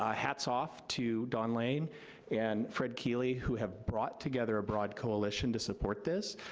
ah hats off to don lane and fred keeley who have brought together a broad coalition to support this.